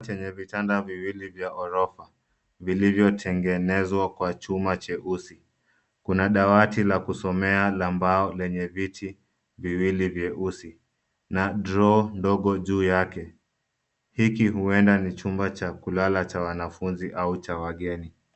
Chenye vitanda viwili vya orofa vilivyotengenezwa kwa chuma cheusi, kuna dawati la kusomea la mbao lenye viti viwili vyeusi na droo ndogo juu yake. Hiki huenda ni chumba cha kulala cha wanafunzi au cha wageni.